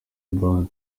band